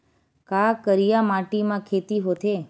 का करिया माटी म खेती होथे?